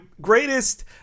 greatest –